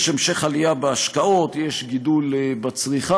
יש המשך עלייה בהשקעות, יש גידול בצמיחה,